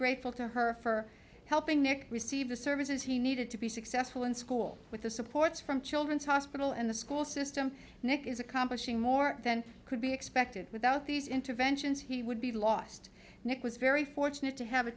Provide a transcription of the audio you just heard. grateful to her for helping nick receive the services he needed to be successful in school with the supports from children's hospital and the school system is accomplishing more than could be expected without these interventions he would be lost was very fortunate to have a